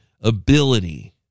ability